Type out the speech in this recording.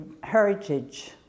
Heritage